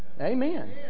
Amen